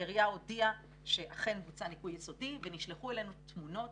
העירייה הודיעה שאכן בוצע ניקוי יסודי ונשלחו אלינו תמונות